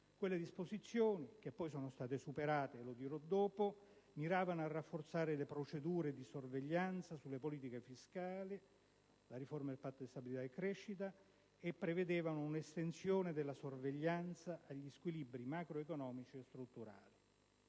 Quelle disposizioni - poi superate, lo dirò dopo - miravano a rafforzare le procedure di sorveglianza sulle politiche fiscali e prevedevano la riforma del Patto di stabilità e crescita e un'estensione della sorveglianza agli squilibri macroeconomici e strutturali.